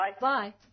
bye